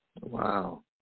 Wow